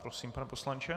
Prosím, pane poslanče.